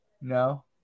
No